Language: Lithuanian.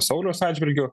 sauliaus atžvilgiu